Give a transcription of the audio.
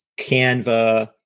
Canva